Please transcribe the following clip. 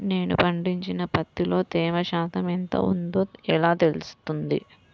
నేను పండించిన పత్తిలో తేమ శాతం ఎంత ఉందో ఎలా తెలుస్తుంది?